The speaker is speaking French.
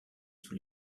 sous